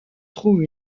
trouve